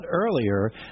earlier